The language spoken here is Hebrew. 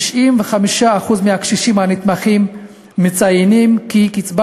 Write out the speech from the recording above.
95% מהקשישים הנתמכים מציינים כי קצבת